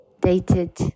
dated